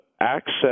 access